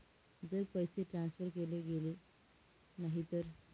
जर पैसे ट्रान्सफर केले गेले नाही तर?